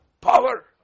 power